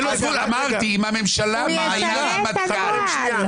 הוא משנה את הנוהל.